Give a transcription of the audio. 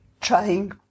trying